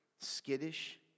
Skittish